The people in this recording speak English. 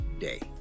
day